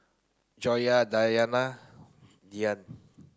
Joyah Dayana Dian